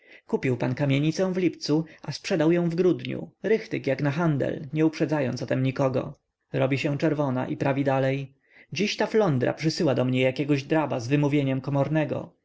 kupił pan kamienicę w lipcu a sprzedał ją w grudniu rychtyg jak na handel nie uprzedzając o tem nikogo robi się czerwona i prawi dalej dziś ta flądra przysyła do mnie jakiegoś draba z wymówieniem